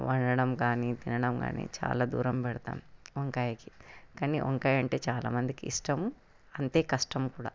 వండడం కానీ తినడం కానీ చాలా దూరం పెడతారు వంకాయకి కానీ వంకాయ అంటే చాలా మందికి ఇష్టం అంతే కష్టం కూడా